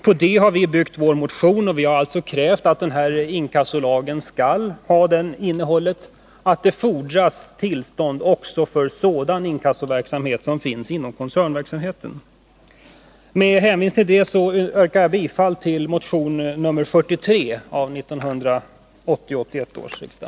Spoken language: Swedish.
På detta har vi byggt vår motion och krävt att inkassolagen skall ha det innehållet att det skall fordras tillstånd också för sådan inkassoverksamhet som finns inom koncernverksamheten. Med hänvisning till detta yrkar jag bifall till vår motion nr 43 till 1980/81 års riksdag.